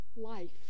life